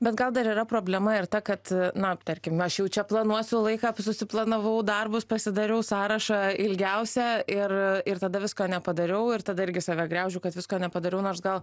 bet gal dar yra problema ir ta kad na tarkim aš jau čia planuosiu laiką susiplanavau darbus pasidariau sąrašą ilgiausią ir ir tada visko nepadariau ir tada irgi save graužiu kad visko nepadariau nors gal